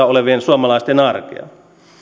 olevien suomalaisten arkea